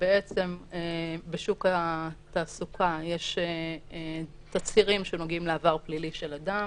כשבעצם בשוק התעסוקה יש תצהירים שנוגעים לעבר פלילי של אדם.